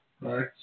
Right